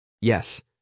Yes